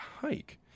hike